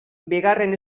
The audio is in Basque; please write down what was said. bigarren